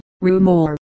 Rumor